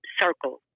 circle